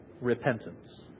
repentance